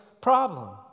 problem